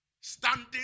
standing